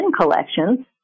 collections